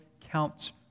counts